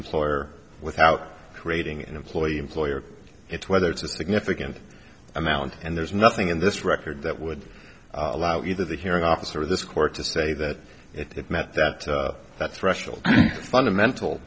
employer without creating an employee employer it's whether it's a significant amount and there's nothing in this record that would allow either the hearing officer or this court to say that it met that that threshold fundamental